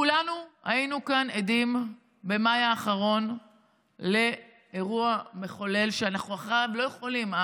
כולנו היינו כאן עדים במאי האחרון לאירוע מכונן שאחריו אנחנו לא יכולים,